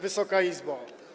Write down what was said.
Wysoka Izbo!